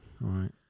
right